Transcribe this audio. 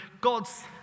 God's